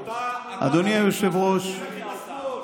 --- אתה הכחשת שתלך עם השמאל.